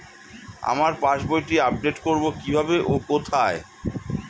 আমার পাস বইটি আপ্ডেট কোরবো কীভাবে ও কোথায়?